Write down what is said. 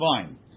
fine